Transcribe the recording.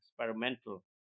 experimental